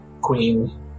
Queen